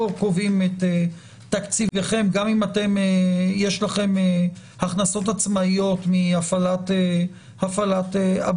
קובעים את תקציבכם גם אם יש לכם הכנסות עצמאות מהפעלת הבורסה.